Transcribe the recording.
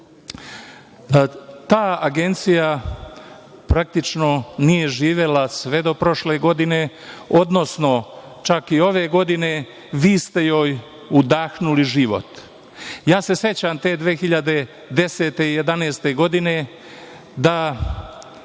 Ta agencija praktično nije živela sve do prošle godine, odnosno čak i ove godine vi ste joj udahnuli život. Ja se sećam te 2010. i 2011. godine da,